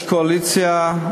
יש קואליציה,